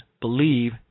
believe